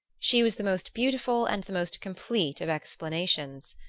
she was the most beautiful and the most complete of explanations.